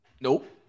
Nope